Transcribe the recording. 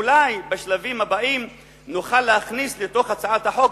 ואולי בשלבים הבאים נוכל להכניס לתוך הצעת החוק